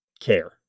care